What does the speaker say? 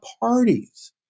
parties